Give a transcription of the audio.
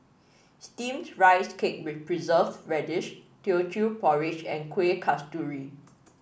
steamed Rice Cake with Preserved Radish Teochew Porridge and Kuih Kasturi